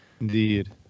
indeed